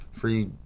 Free